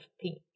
pink